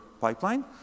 pipeline